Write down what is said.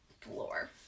floor